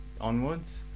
onwards